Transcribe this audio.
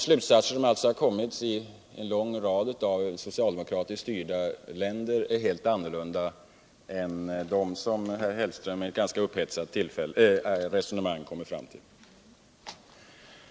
De slutsatser som har dragits i en lång rad socialdemokratiski styrda länder är alltså helt andra än de som herr Hellström i ett ganska upphetsat resonemang kommer fram till.